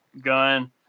gun